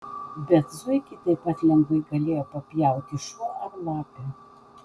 bet zuikį taip pat lengvai galėjo papjauti šuo ar lapė